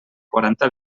quaranta